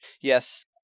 Yes